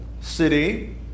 city